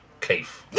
Keith